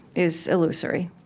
is illusory.